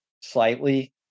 slightly